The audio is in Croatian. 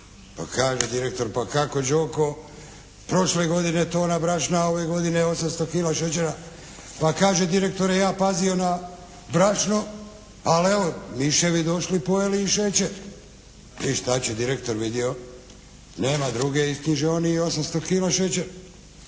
Pa kaže direktor, pa kako Đoko? Prošle godine tona brašna, ove godine 800 kila šećera? Pa kaže, direktore ja pazio na brašno, al' evo, miševi došli, pojeli i šećer. I šta će direktor. Vidio nema druge, isknjiže oni i 800 kila šećera.